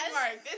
mark